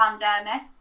pandemic